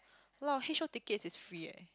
a lot of H_O ticket is free eh